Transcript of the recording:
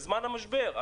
בזמן המשבר.